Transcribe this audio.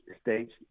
states